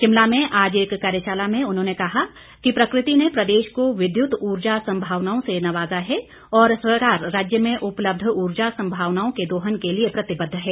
शिमला में आज एक कार्यशाला में उन्होंने कहा कि प्रकृति ने प्रदेश को विद्युत ऊर्जा संभावनाओं से नवाजा है और सरकार राज्य में उपलब्ध ऊर्जा संभावनाओं के दोहन के लिए प्रतिबद्ध है